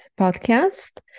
podcast